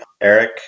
eric